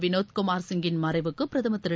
விநோத் குமார் சிங் கின்மறைவுக்குபிரதமர் திரு